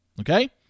Okay